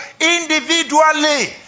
individually